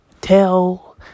tell